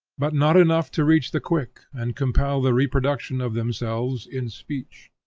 but not enough to reach the quick and compel the reproduction of themselves in speech.